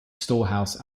storehouse